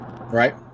Right